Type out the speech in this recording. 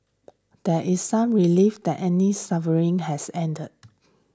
there is some relief that Annie's suffering has ended